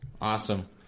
awesome